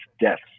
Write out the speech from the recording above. deaths